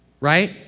right